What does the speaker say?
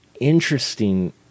interesting